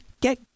Get